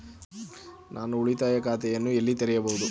ನಾನು ಉಳಿತಾಯ ಖಾತೆಯನ್ನು ಎಲ್ಲಿ ತೆರೆಯಬಹುದು?